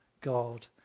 God